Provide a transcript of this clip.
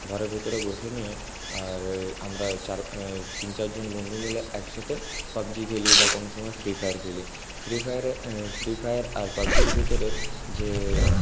ঘরের ভিতরে বসে নিয়ে আর আমরা চার তিন চারজন বন্ধু মিলে একসাথে পাবজি খেলি বা কোনো সময় ফ্রি ফায়ার খেলি ফ্রি ফায়ারে ফ্রি ফায়ার আর পাবজির ভিতরে যে